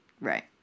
Right